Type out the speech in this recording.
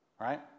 Right